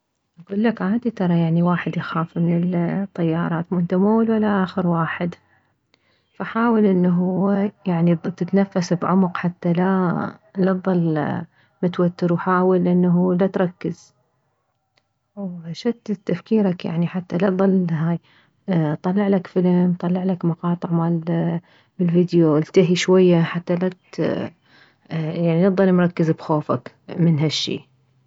اكلك عادي يعني ترى واحد يخاف من الطيارات انت مو اول ولا اخر واحد فحاول انه يعني تتنفس بعمق حتى لا لا تظل متوتر وحاول انه لا تركز وشتت تفكيرك يعني لا تظل هاي طلعلك فلم طلعلك مقاطع يعني لا تظل مركز بخوفك مالفيديو التهي شوية